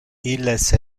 illes